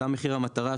עלה מחיר המטרה,